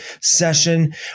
session